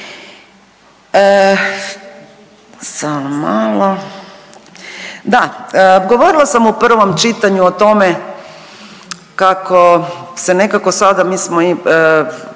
da, govorila sam u prvom čitanju o tome kako se nekako sada mi smo,